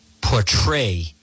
portray